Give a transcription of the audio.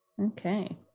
Okay